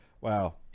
wow